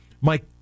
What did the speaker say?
Mike